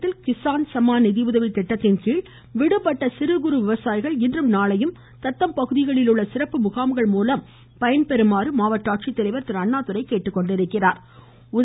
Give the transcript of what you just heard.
தஞ்சை மாவட்டத்தில் கிஷான் சம்மான் நிதியுதவி திட்டத்தின்கீழ் விடுபட்ட சிறுகுறு விவசாயிகள் இன்றும் நாளையும் தங்கள் பகுதிகளில் உள்ள சிறப்பு முகாம்கள் மூலம் பயன்பெறுமாறு மாவட்ட தெரிவித்துள்ளார்